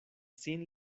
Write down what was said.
sin